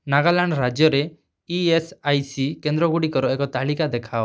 ନାଗାଲାଣ୍ଡ୍ ରାଜ୍ୟରେ E S I C କେନ୍ଦ୍ରଗୁଡ଼ିକର ଏକ ତାଲିକା ଦେଖାଅ